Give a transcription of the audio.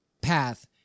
path